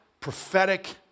prophetic